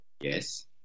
Yes